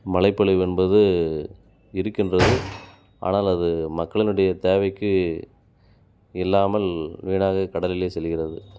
மழைப்பொழிவு என்பது இருக்கின்றது ஆனால் அது மக்களினுடைய தேவைக்கு இல்லாமல் வீணாக கடலிலே செல்கிறது